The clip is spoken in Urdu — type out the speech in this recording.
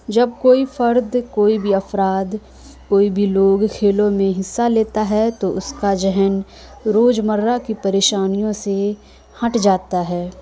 جب کوئی فرد کوئی بھی افراد کوئی بھی لوگ کھیلوں میں حصہ لیتا ہے تو اس کا ذہن روزمرہ کی پریشانیوں سے ہٹ جاتا ہے